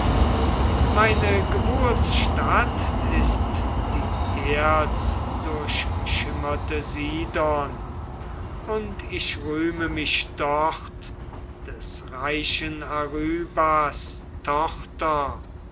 meine geburtsstadt ist die erzdurchschimmerte sidon und ich rühme mich dort des reichen arybas tochter